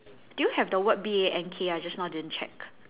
do you have the B A N K ah just now didn't check